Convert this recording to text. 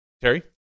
Terry